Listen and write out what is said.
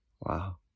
Wow